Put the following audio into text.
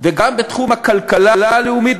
וגם בתחום הכלכלה הלאומית,